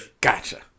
gotcha